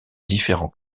différents